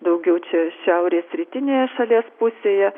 daugiau čia šiaurės rytinėje šalies pusėje